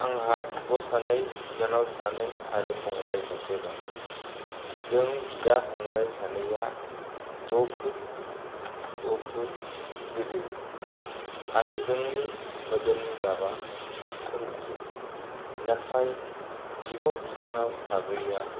आंहा बिब' सानै बिनानाव सानै आरो फंबाय सासे दं जों बिदा फंबाय सानैया द' फुट द' फुट गोजौ आरो जोंनि मोदोमनि गाबा सोमज्रो नाथाय बिब' बिनानाव साब्रैया